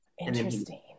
interesting